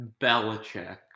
Belichick